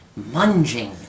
Munging